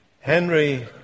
Henry